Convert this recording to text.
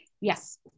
yes